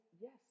yes